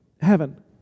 heaven